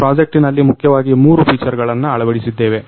ಈ ಪ್ರಾಜೆಕ್ಟಿನಲ್ಲಿ ಮುಖ್ಯವಾಗಿ ಮೂರು ಫೀಚರ್ಗಳನ್ನ ಅಳವಡಿಸಿದ್ದೇವೆ